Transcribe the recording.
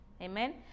amen